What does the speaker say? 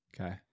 Okay